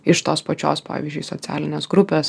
iš tos pačios pavyzdžiui socialinės grupės